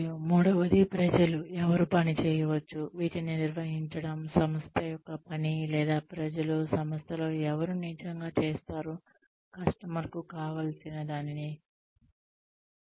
మరియు మూడవది ప్రజలు ఎవరు పని చేయవచ్చు వీటిని నిర్వహించడం సంస్థ యొక్క పని లేదా ప్రజలు సంస్థలో ఎవరు నిజంగా చేస్తారు కస్టమర్ కు కావాల్సింది